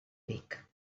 vic